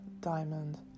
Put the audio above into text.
diamond